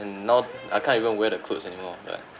and now I can't even wear the clothes anymore but